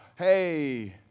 hey